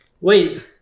Wait